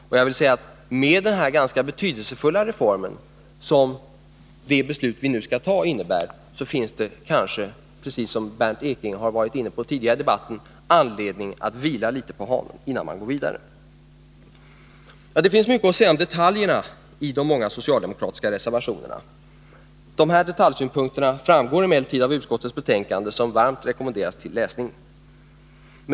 Som Bernt Ekinge var inne på tidigare i debatten innebär det beslut vi nu skall fatta en ganska betydelsefull reform. Det finns därför anledning att vila litet på hanen innan man går vidare. Det finns mycket att säga om detaljerna i de många socialdemokratiska reservationerna. Dessa detaljsynpunkter framgår emellertid av utskottets betänkande, som varmt rekommenderas till läsning.